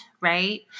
right